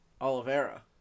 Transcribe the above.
Oliveira